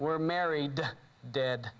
were married dead